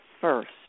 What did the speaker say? first